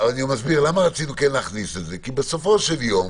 למה רצינו להכניס את זה כי בסופו של יום